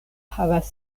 havas